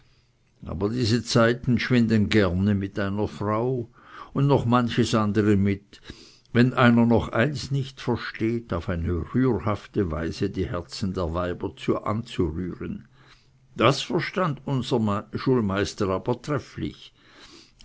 aber diese zeiten schwinden gerne mit einer frau und noch manches andere mit wenn einer noch eines nicht versteht auf eine rührhafte weise die herzen der weiber anzurühren das verstand unser schulmeister aber trefflich